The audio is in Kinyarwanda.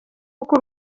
uko